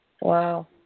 Wow